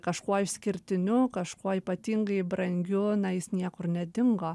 kažkuo išskirtiniu kažkuo ypatingai brangiu jis niekur nedingo